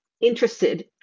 interested